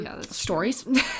Stories